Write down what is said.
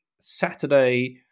Saturday